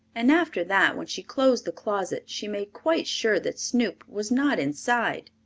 and after that when she closed the closet she made quite sure that snoop was not inside.